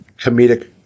comedic